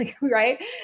right